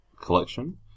collection